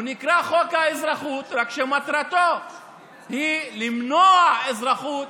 הוא נקרא חוק האזרחות, רק שמטרתו היא למנוע אזרחות